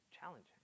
challenging